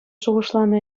шухӑшланӑ